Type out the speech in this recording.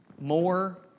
more